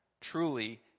Truly